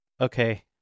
okay